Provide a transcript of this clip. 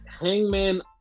Hangman